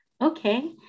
Okay